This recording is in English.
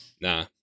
Nah